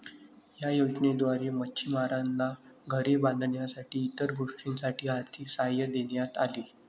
या योजनेद्वारे मच्छिमारांना घरे बांधण्यासाठी इतर गोष्टींसाठी आर्थिक सहाय्य देण्यात आले